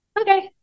okay